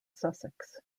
sussex